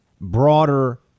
broader